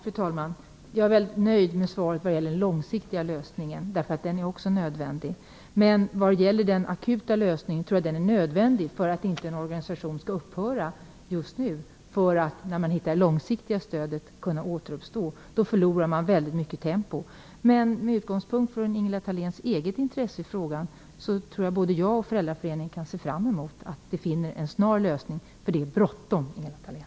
Fru talman! Jag är väldigt nöjd med svaret vad gäller den långsiktiga lösningen, därför att den också är nödvändig. Men jag tror att den akuta lösningen är nödvändig för att organisationen inte skall upphöra just nu och återuppstå när man hittar det långsiktiga stödet. Då förloras väldigt mycket tempo. Med utgångspunkt från Ingela Thaléns eget intresse i frågan tror jag att både jag och föräldraföreningen kan se fram emot en snar lösning. Det är bråttom, Ingela Thalén!